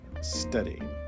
studying